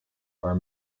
are